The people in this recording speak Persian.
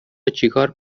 چیکار